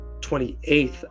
28th